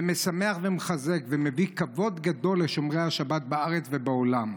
זה משמח ומחזק ומביא כבוד גדול לשומרי השבת בארץ ובעולם.